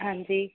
ਹਾਂਜੀ